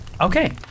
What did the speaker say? Okay